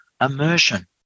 immersion